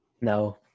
No